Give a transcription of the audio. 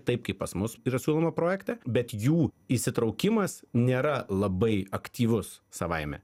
taip kaip pas mus yra siūloma projekte bet jų įsitraukimas nėra labai aktyvus savaime